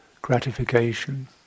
gratification